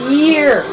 year